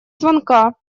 звонка